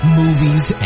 movies